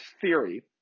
theory